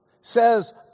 says